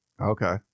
Okay